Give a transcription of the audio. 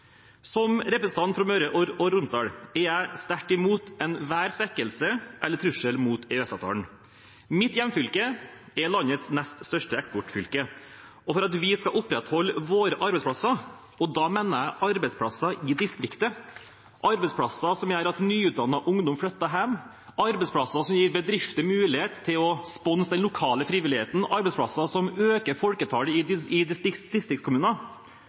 Som representant fra Møre og Romsdal er jeg sterkt imot enhver svekkelse av eller trussel mot EØS-avtalen. Mitt hjemfylke er landets nest største eksportfylke. For at vi skal opprettholde våre arbeidsplasser – og da mener jeg arbeidsplasser i distriktet, arbeidsplasser som gjør at nyutdannet ungdom flytter hjem, arbeidsplasser som gir bedrifter mulighet til å sponse den lokale frivilligheten, arbeidsplasser som øker folketallet i